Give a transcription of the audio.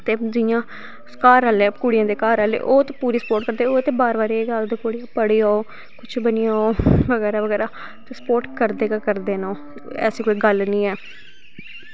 ते जियां घर आह्ले कुड़ियें दे घर आह्ले ओह् ते पूरी स्पोर्ट करदे ओह् ते बार बार एह् गल्ल ते कुड़ियो पढ़ी जाओ कुछ बनी जाओ बगैरा बगैरा ते स्पोर्ट करदे गै करदे न ओह् ऐसी कोई गल्ल नी ऐ